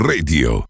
Radio